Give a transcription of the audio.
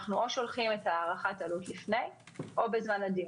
אנחנו שולחים את הערכת העלות לפני או בזמן הדיון.